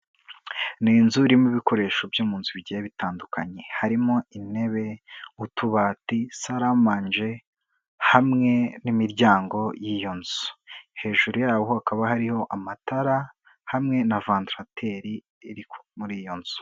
Ni inzu irimo ibikoresho byo mu nzu bigiye bitandukanye, harimo intebe, utubati, salamanje, hamwe n'imiryango y'iyo nzu. Hejuru yaho hakaba hariho amatara, hamwe na vandarateri iri muri iyo nzu.